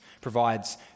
provides